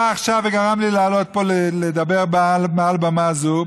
מה שקרה עכשיו וגרם לי לעלות פה ולדבר מעל במה זו,